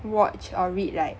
watch or read like